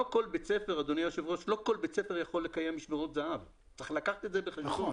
לא כל בית ספר יכול לקיים משמרות זה"ב ואת זה צריך לקחת בחשבון.